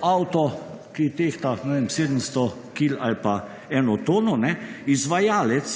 avto, ki tehta, ne vem, 700 kil ali pa 1 tono, izvajalec